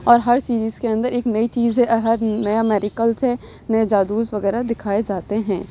اور ہر سیریز کے اندر ایک نئی چیز ہے ہر نیا میڈیکلس ہے نیا جادو وغیرہ دکھائے جاتے ہیں